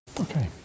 Okay